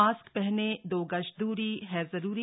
mask पहनें दो गज दूरी है जरूरी